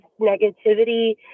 negativity